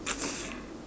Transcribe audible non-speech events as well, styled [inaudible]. [noise]